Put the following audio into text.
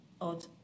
odd